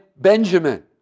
Benjamin